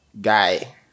guy